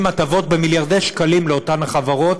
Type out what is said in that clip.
הטבות במיליוני שקלים לאותן החברות.